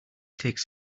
takes